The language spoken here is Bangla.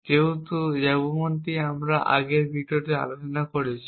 যেমনটি আমরা আগের ভিডিওতে আলোচনা করেছি